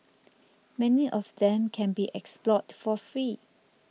many of them can be explored for free